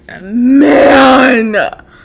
Man